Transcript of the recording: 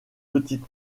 petite